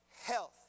health